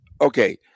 Okay